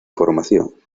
formación